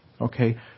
Okay